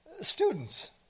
Students